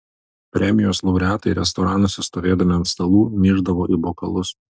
premijos laureatai restoranuose stovėdami ant stalų myždavo į bokalus